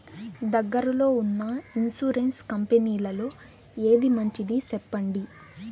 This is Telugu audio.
దగ్గర లో ఉన్న ఇన్సూరెన్సు కంపెనీలలో ఏది మంచిది? సెప్పండి?